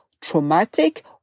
traumatic